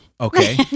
okay